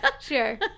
Sure